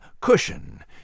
cushion